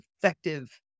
effective